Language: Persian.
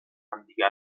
همدیگه